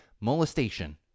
molestation